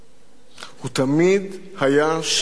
הוא תמיד היה שם מלפנים,